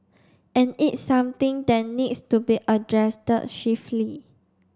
and it's something that needs to be addressed swiftly